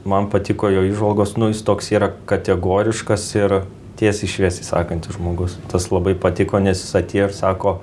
man patiko jo įžvalgos nu jis toks yra kategoriškas ir tiesiai šviesiai sakantis žmogus tas labai patiko nes jis atėjo ir sako